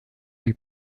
lui